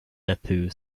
depew